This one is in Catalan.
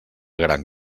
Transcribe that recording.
gran